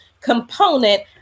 component